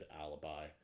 alibi